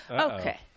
Okay